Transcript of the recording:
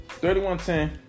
31-10